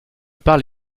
parle